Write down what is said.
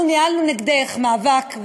אנחנו ניהלנו נגדך מאבק,